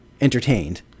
entertained